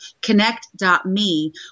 connect.me